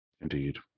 Indeed